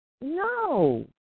No